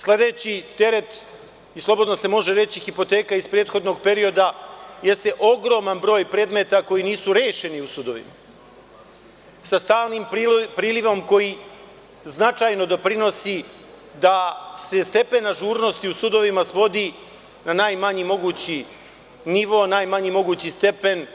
Sledeći teret i, slobodno se može reći, hipoteka iz prethodnog perioda je ogroman broj predmeta koji nisu rešeni u sudovima, sa stalnim prilivom koji značajno doprinosi da se stepen ažurnosti u sudovima svodi na najmanji mogući nivo, najmanji mogući stepen,